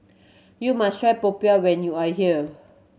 you must try Popiah when you are here